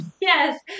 Yes